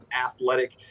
athletic